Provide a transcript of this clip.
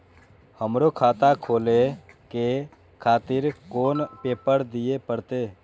हमरो खाता खोले के खातिर कोन पेपर दीये परतें?